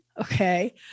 Okay